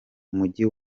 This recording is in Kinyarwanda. umujyi